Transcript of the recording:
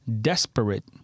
desperate